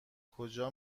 کجا